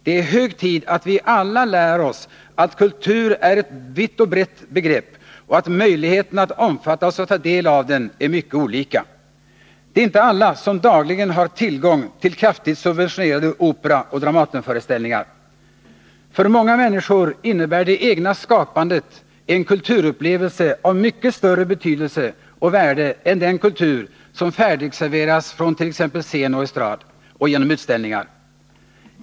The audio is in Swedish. Det är hög tid att vi alla lär oss att kultur är ett brett begrepp och att möjligheterna att omfattas och ta del av den är mycket olika. Det är inte alla som dagligen har tillgång till kraftigt subventionerade Operaoch Dramatenföreställningar. För många människor innebär det egna skapandet en kulturupplevelse av mycket större betydelse och värde än den kultur som färdigserveras från t.ex. scen och estrad och genom utställningar.